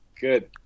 Good